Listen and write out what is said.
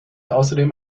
außerdem